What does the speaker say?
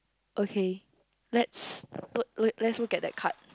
okay let's look look let's look at that card